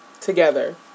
together